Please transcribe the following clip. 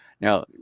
Now